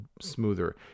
smoother